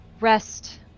Rest